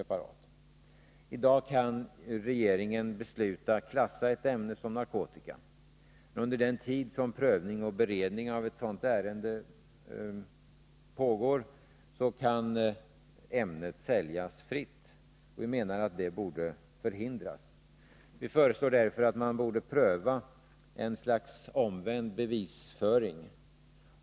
I dag kan regeringen besluta att klassa ett ämne som narkotika. Under den tid som prövning och beredning av ett sådant ärende pågår kan ämnet säljas fritt. Vi menar att det borde förhindras. Vi föreslår därför att man borde pröva ett slags omvänd bevisföring.